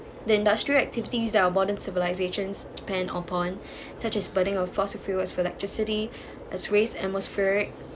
the industrial activities borden civilizations pen upon such as budding of fossil fuels for electricity as race atmospheric